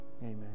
Amen